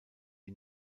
die